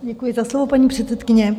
Děkuji za slovo, paní předsedkyně.